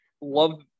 love